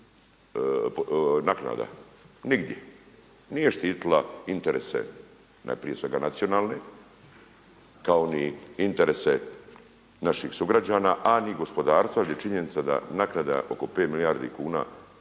naknada? Nigdje. Nije štitila interese prije svega nacionalne kao ni interese naših sugrađana, a ni gospodarstva, gdje činjenica da naknada oko 5 milijardi kuna